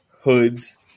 hoods